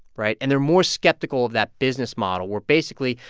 right? and they're more skeptical of that business model where, basically,